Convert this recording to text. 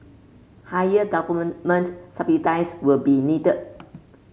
higher government subsidies would be needed